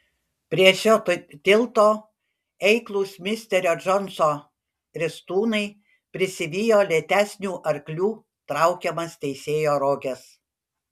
prie šio tilto eiklūs misterio džonso ristūnai prisivijo lėtesnių arklių traukiamas teisėjo roges